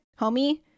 homie